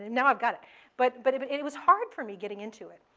now i've got but but it. but it it was hard for me getting into it,